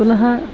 पुनः